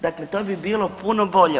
Dakle, to bi bilo puno bolje.